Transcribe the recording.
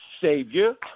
Savior